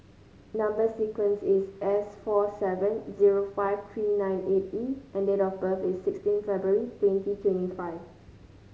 number sequence is S four seven zero five three nine eight E and date of birth is sixteen February twenty twenty five